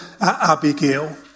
Abigail